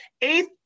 eighth